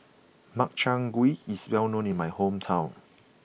Makchang Gui is well known in my hometown